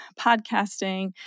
podcasting